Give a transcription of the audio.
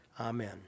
Amen